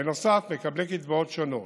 בנוסף, מקבלי קצבאות שונות